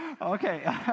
Okay